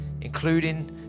including